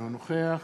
אינו נוכח